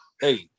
hey